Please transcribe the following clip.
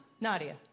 Nadia